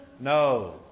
No